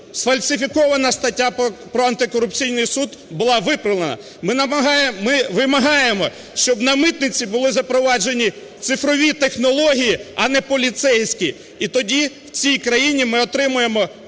сфальсифікована стаття про антикорупційний суд була виправлена. Ми вимагаємо, щоб на митниці були запроваджені цифрові технології, а не поліцейські, і тоді в цій країні ми отримаємо